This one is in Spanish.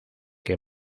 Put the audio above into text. que